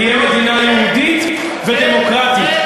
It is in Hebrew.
תהיה מדינה יהודית ודמוקרטית,